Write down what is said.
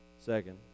Second